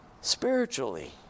spiritually